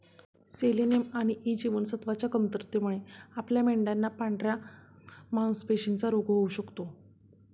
selenium आणि E जीवनसत्वच्या कमतरतेमुळे आपल्या मेंढयांना पांढऱ्या मासपेशींचा रोग होऊ शकतो